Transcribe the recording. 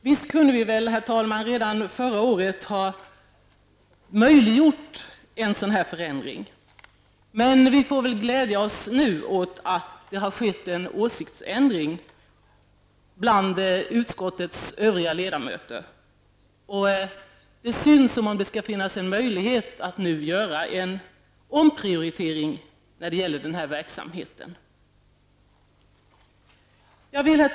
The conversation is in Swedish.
Visst kunde vi väl redan förra året ha fattat beslut som möjliggjort denna förändring. Men vi får glädja oss åt den åsiktsändring som nu tycks ha skett bland utskottets övriga ledamöter. Det förefaller som om det nu finns möjlighet till en omprioritering när det gäller den här verksamheten. Herr talman!